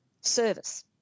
service